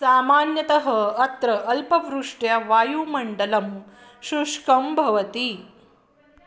सामान्यतः अत्र अल्पवृष्ट्या वायुमण्डलं शुष्कं भवति